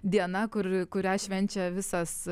diena kur kurią švenčia visas